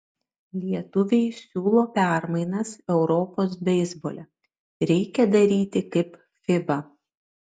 lietuviai siūlo permainas europos beisbole reikia daryti kaip fiba